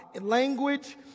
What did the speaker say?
language